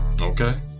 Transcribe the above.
Okay